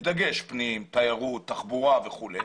בדגש על פנים, תיירות, תחבורה וכולי.